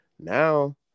Now